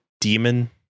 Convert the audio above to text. demon